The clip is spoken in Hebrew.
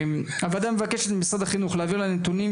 הוועדה מבקשת ממשרד החינוך להעביר נתונים